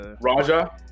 raja